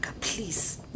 please